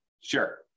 Sure